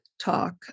talk